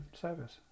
service